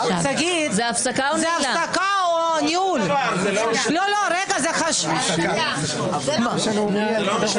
11:50.